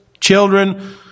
children